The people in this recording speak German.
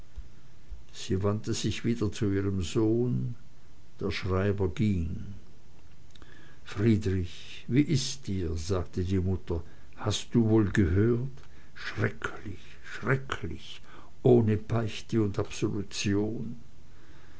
sie wandte sich wieder zu ihrem sohne der schreiber ging friedrich wie ist dir sagte die mutter hast du wohl gehört schrecklich schrecklich ohne beichte und absolution